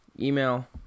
email